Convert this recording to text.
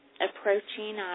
approaching